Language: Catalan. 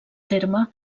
terme